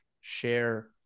share